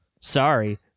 Sorry